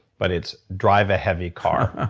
but it's drive a heavy car.